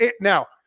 Now